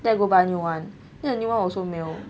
then I go buy a new one then the new one also male